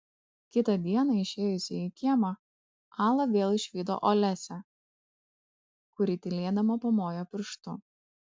kitą dieną išėjusi į kiemą ala vėl išvydo olesią kuri tylėdama pamojo pirštu